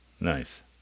nice